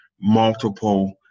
multiple